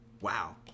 wow